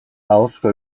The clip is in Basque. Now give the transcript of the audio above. ahozko